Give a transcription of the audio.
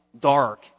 dark